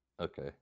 Okay